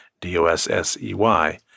D-O-S-S-E-Y